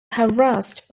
harassed